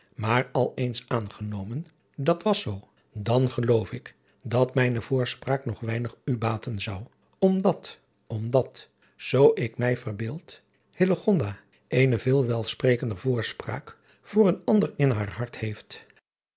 maar al eens aangenomen dat was zoo dan geloof ik dat mijne voorspraak nog weinig u baten zou omdat omdat zoo ik mij verbeeld eene veel welsprekender driaan oosjes zn et leven van illegonda uisman voorspraak voor een ander in haar hart heeft